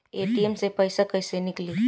ATM से पइसा कइसे निकली?